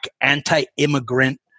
anti-immigrant